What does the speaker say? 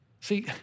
See